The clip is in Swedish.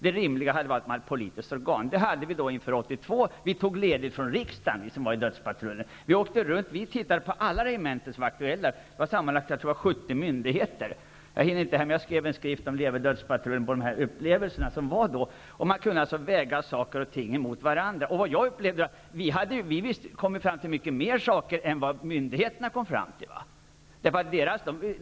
Det rimliga hade varit att tillsätta ett politiskt organ för dessa frågor. Det hade vi inför 1982 års beslut. Vi som var med i ''dödspatrullen'' tog ledigt från riksdagen och åkte runt för att titta på alla de aktuella regementena. Jag tror att det sammanlagt rörde sig om 70 myndigheter. Jag hinner inte redogöra för alla upplevelser i samband med detta, men jag kan nämna att jag skrev en bok om detta, ''Leve dödspatrullen!''. Man kunde då väga saker och ting mot varandra, och vi kom fram till mycket mer än vad myndigheterna hade kännedom om.